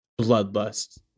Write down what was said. Bloodlust